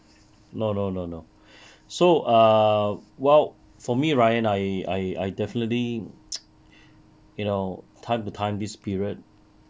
no no no no so err wh~ for me right I I I definitely you know time to time this period